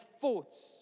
thoughts